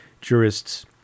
jurists